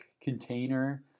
container